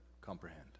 comprehend